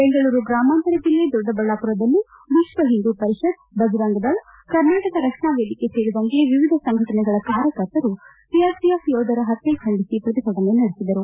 ಬೆಂಗಳೂರು ಗ್ರಾಮಾಂತರ ಜಿಲ್ಲೆ ದೊಡ್ಡಬಳ್ಳಾಪುರದಲ್ಲಿ ವಿಶ್ವ ಹಿಂದೂ ಪರಿಷದ್ ಬಜರಂಗ ದಳ ಕರ್ನಾಟಕ ರಕ್ಷಣಾ ವೇದಿಕೆ ಸೇರಿದಂತೆ ವಿವಿಧ ಸಂಘಟನೆಗಳ ಕಾರ್ಯಕರ್ತರು ಸೀರ್ಪಿಎಫ್ ಯೋಧರ ಪತ್ಯೆ ಖಂಡಿಸಿ ಪ್ರತಿಭಟನೆ ನಡೆಸಿದರು